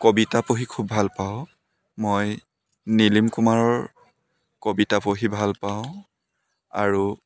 কবিতা পঢ়ি খুব ভাল পাওঁ মই নীলিম কুমাৰৰ কবিতা পঢ়ি ভাল পাওঁ আৰু